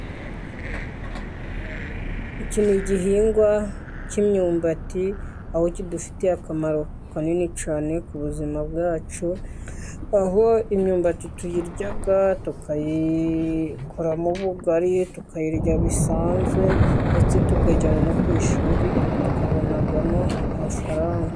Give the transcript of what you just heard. Iki ni igihingwa cy'imyumbati, aho kidufitiye akamaro kanini cyane ku buzima bwacu, aho imyumbati tuyirya, tukayikoramo ubugari, tukayirya bisanzwe, ndetse tukiyijyana no ku ishuri tukabonamo amafaranga.